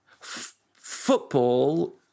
football